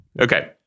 Okay